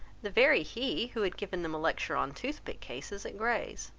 the very he, who had given them a lecture on toothpick-cases at gray's.